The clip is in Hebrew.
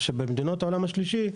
במדינות העולם השלישי,